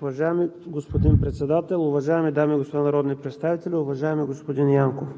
Уважаеми господин Председател, уважаеми дами и господа народни представители! Уважаеми господин Янков,